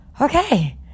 okay